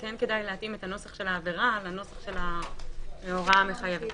כדאי להתאים את הנוסח של העבירה להוראה המחייבת.